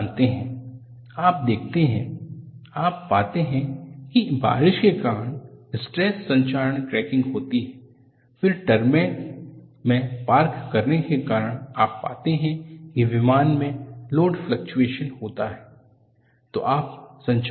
आप जानते हैं आप देखते हैं आप पाते हैं कि बारिश के कारण स्ट्रेस संक्षारण क्रैकिंग होती है फिर टरमैक में पार्क करने के कारण आप पाते हैं कि विमान में लोड फ्लक्चूऐशन होता है